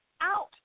out